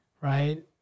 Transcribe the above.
right